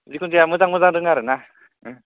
जिखुनु जाया मोजां मोजां दोङो आरोना ओं